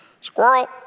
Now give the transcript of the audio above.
squirrel